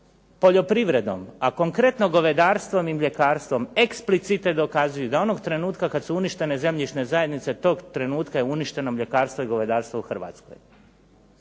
poljoprivredom, a konkretno govedarstvom i mljekarstvom, explicite dokazuju da onog trenutka kad su uništene zemljišne zajednice, tog trenutka je uništeno mljekarstvo i govedarstvo u Hrvatskoj.